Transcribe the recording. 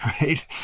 right